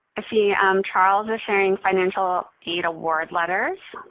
i see charles is sharing financial aid award letters.